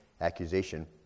accusation